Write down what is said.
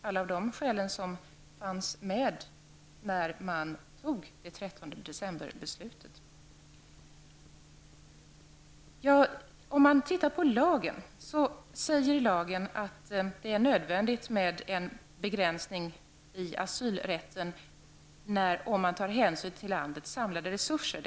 Alla dessa skäl beaktades inte när man fattade beslutet den 13 december Om man ser till lagen, säger den att det är nödvändigt med en begränsning av asylrätten med hänsyn till landets samlade resurser.